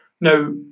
Now